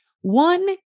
one